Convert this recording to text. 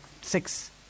six